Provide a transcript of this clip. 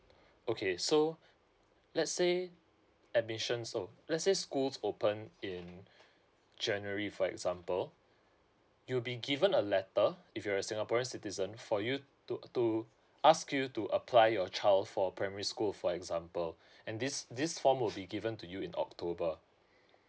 okay so let's say admissions so let's say schools open in january for example you'll be given a letter if you're a singaporean citizen for you to to ask you to apply your child for primary school for example and this this form will be given to you in october